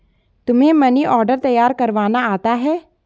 तुम्हें money order तैयार करवाना आता है?